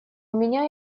меня